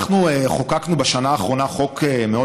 אנחנו חוקקנו בשנה האחרונה חוק מאוד